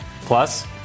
Plus